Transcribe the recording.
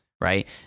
right